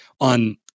on